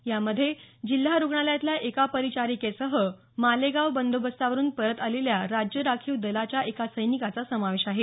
यामध्ये जिल्हा रुग्णालयातल्या एका परिचारिकेसह मालेगाव बंदोबस्तावरून परत आलेल्या राज्य राखीव दलाच्या एका सैनिकाचा समावेश आहे